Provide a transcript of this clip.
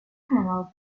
panel